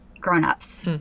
grownups